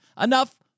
enough